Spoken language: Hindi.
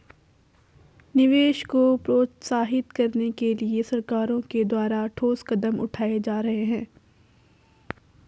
निवेश को प्रोत्साहित करने के लिए सरकारों के द्वारा ठोस कदम उठाए जा रहे हैं